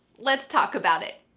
let's talk about it.